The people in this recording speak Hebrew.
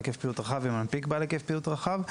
היקף פעילות רחב ומנפיק בעל היקף פעילות רחב.